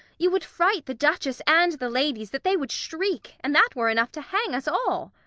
you would fright the duchess and the ladies, that they would shriek and that were enough to hang us all.